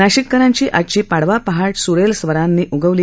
नाशिककरांची आजची पाडवा पहाट सुरेल स्वरांनी उगवली